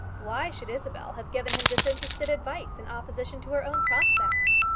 why should isabel have given him disinterested advice in opposition to her own prospects?